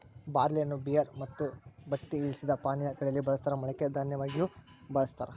ಬಾರ್ಲಿಯನ್ನು ಬಿಯರ್ ಮತ್ತು ಬತ್ತಿ ಇಳಿಸಿದ ಪಾನೀಯಾ ಗಳಲ್ಲಿ ಬಳಸ್ತಾರ ಮೊಳಕೆ ದನ್ಯವಾಗಿಯೂ ಬಳಸ್ತಾರ